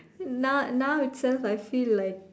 now now itself I feel like